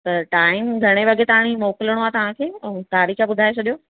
time घणे वगे ताणी मोकिलणो आहे तव्हांखे ऐं तारीख़ ॿुधाइ छॾियो